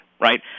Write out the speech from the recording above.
right